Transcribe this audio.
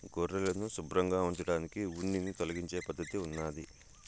గొర్రెలను శుభ్రంగా ఉంచడానికి ఉన్నిని తొలగించే పద్ధతి ఉన్నాది